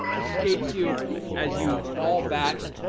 escapes you as you fall back,